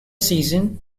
season